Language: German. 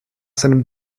seinem